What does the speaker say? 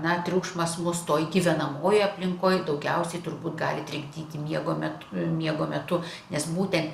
na triukšmas mus toj gyvenamojoj aplinkoj daugiausiai turbūt gali trikdyti miego metu miego metu nes būtent